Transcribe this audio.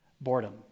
boredom